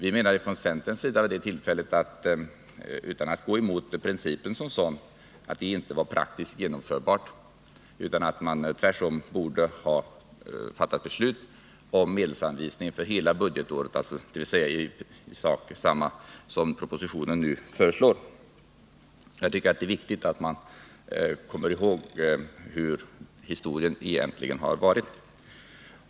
I centern menade vi vid det tillfället — utan att gå emot principen — att detta inte vore praktiskt genomförbart, utan att beslut tvärtom borde ha fattats om medelsanvisning för hela budgetåret, dvs. i sak 13 detsamma som propositionen nu föreslår. — Jag tycker det är viktigt att man kommer ihåg hur historien egentligen har varit.